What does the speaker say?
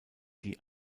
die